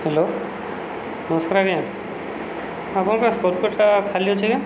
hello ନମସ୍କାର ଆଜ୍ଞା ଆପଣଙ୍କ ସ୍କୋର୍ପିଓଟା ଖାଲି ଅଛି କି